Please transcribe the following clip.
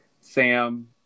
Sam